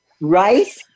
Rice